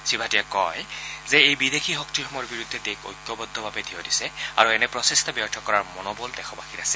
শ্ৰীতাটিয়াই কয় যে এই বিদেশী শক্তিসমূহৰ বিৰুদ্ধে দেশ ঐক্যবদ্ধ্যভাৱে থিয় দিছে আৰু এনে প্ৰচেষ্টা ব্যৰ্থ কৰাৰ মনোবল দেশবাসীৰ আছে